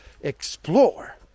Explore